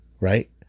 Right